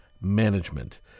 management